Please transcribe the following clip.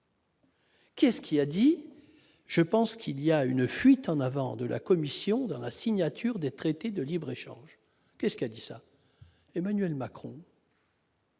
Qu'est-ce qui a dit : je pense qu'il y a une fuite en avant de la Commission dans la signature des traités de libre-échange qu'est-ce qui a dit ça Emmanuel Macron.